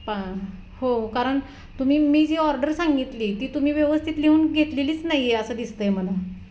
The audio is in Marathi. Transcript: प हो कारण तुम्ही मी जी ऑर्डर सांगितली ती तुम्ही व्यवस्थित लिहून घेतलेलीच नाही आहे असं दिसतं आहे मला